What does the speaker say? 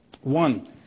One